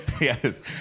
yes